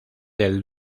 del